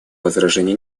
возражений